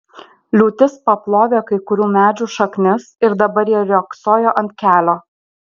liūtis paplovė kai kurių medžių šaknis ir dabar jie riogsojo ant kelio